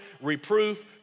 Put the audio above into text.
reproof